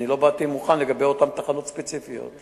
לא באתי מוכן לגבי אותן תחנות ספציפיות.